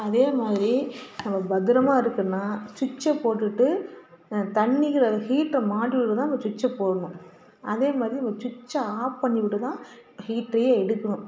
அதே மாதிரி நம்ம பத்திரமா இருக்குன்னால் சுட்ச்சை போட்டுவிட்டு தண்ணிகளை ஹீட்ரை மாட்டிவிட்டுட்டு தான் நம்ம சுட்ச்சை போடணும் அதே மாதிரி நம்ம சுட்ச்சை ஆப் பண்ணி விட்டு தான் ஹீட்டரே எடுக்கணும்